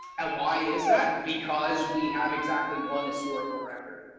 and why is that? because we have exactly one historical record.